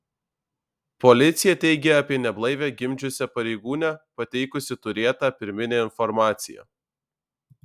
policija teigia apie neblaivią gimdžiusią pareigūnę pateikusi turėtą pirminę informaciją